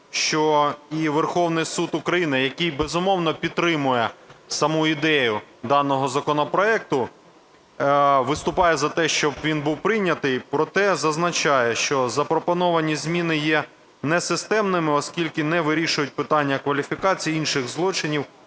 що і Верховний Суд України, який безумовно підтримує саму ідею даного законопроекту, виступає за те, щоб він був прийнятий. Проте зазначає, що запропоновані зміни є несистемними, оскільки не вирішують питання кваліфікації інших злочинів